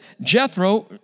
Jethro